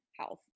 health